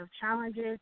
challenges